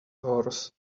horse